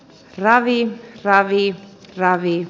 raviin ravit ravit